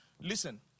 Listen